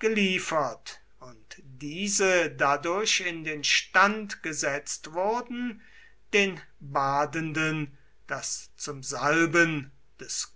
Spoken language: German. geliefert und diese dadurch in den stand gesetzt wurden den badenden das zum salben des